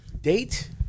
Date